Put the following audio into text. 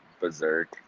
berserk